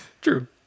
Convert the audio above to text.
True